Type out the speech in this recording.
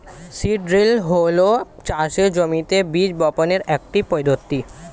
seed drill হল চাষের জমিতে বীজ বপনের একটি পদ্ধতি